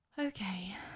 Okay